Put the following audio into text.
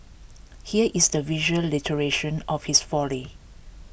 here is the visual iteration of his folly